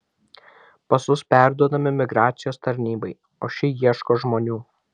pasus perduodame migracijos tarnybai o ši ieško žmonių